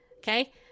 Okay